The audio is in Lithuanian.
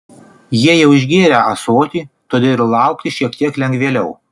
jie jau išgėrę ąsotį todėl ir laukti šiek tiek lengvėliau